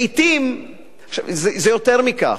לעתים זה יותר מכך.